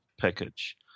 package